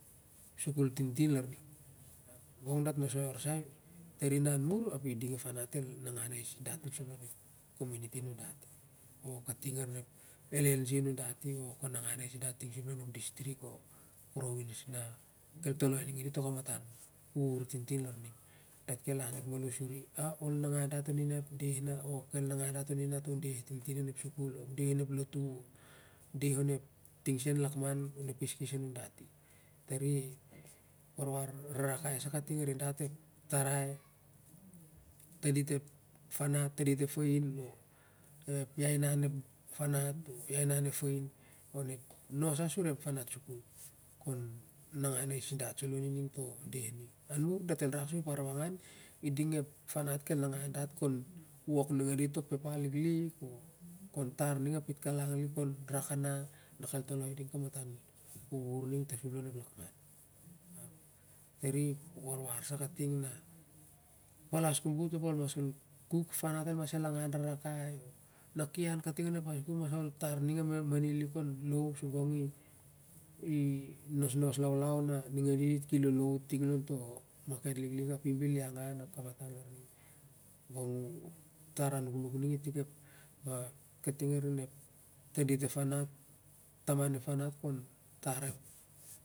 Sukul tintin larning gong dat nosoi orsai tari nan mur ap i ding ep fanat ning el nangau dat ting sup lon ep cominity nudati o kating onep llg a nundati i nangau ais dat ting sup lon ep district a ta onep province a nundati kel toloi i ning to kamatan u tintin larning dat kel an lik malo su ning o ol nangau dat on i ep deh larna on ep deh onep sukul o lotu deh on ting sen lakma on ep keskes nundati. Tari ep warwar rarakai sa kating arin dat ep tari tandit ep fanat o tandit ep fain ep lai na ep nat, iainan ep fain nos sa sur ep fanat sukul nai gan ais dat salo on i to deh ning an mur dat el rak sep arnangau ap iding ep fanat ning kel angan dat ou i ning to pepa liklik o kon tar ning a pikalang lik kon rakana na kel toloi i ding kamatan uhur tasun lon ep lakman ap tari ep warwar su kating na, palas kobot ol mas ol kuk ep fanat el mas angan rarakai na el an kating on ep sukul mas tar ning a mani lik arin sur gong i nosnos laulau na e sitning dit ki lolow on to maket liklik i bel i angan a kamatan larning gong u tar anat.